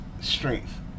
strength